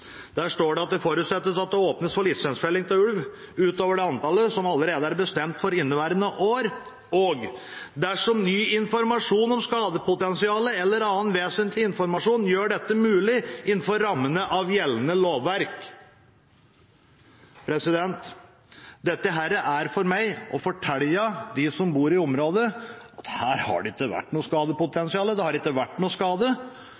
der er viktig, er den siste setningen. Der står det: «Det forutsettes at det åpnes for lisensfelling av ulv utover det antallet som allerede er bestemt for inneværende år, dersom ny informasjon om skadepotensialet, eller annen vesentlig informasjon gjør dette mulig innenfor rammene av gjeldende lovverk». Det er altså et forslag som nå kommer, etter at de samme partiene i en flertallsmerknad skrev, som